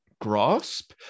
grasp